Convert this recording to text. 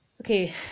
okay